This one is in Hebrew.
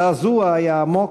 הזעזוע היה עמוק,